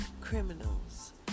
criminals